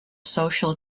social